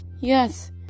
yes